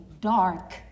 dark